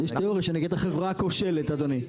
יש תיאוריה שנגיד החברה כושלת, אדוני.